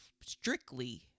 strictly